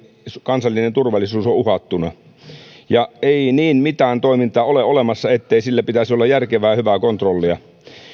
kansallinen turvallisuus on vakavasti uhattuna ei niin mitään toimintaa ole olemassa ettei sille pitäisi olla järkevää ja hyvää kontrollia